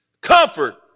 Comfort